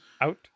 out